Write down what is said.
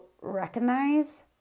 recognize